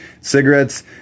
cigarettes